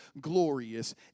glorious